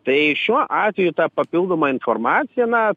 tai šiuo atveju ta papildoma informacija na